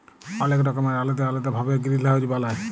অলেক রকমের আলেদা আলেদা ভাবে গিরিলহাউজ বালায়